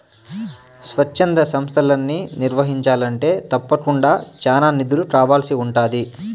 స్వచ్ఛంద సంస్తలని నిర్వహించాలంటే తప్పకుండా చానా నిధులు కావాల్సి ఉంటాది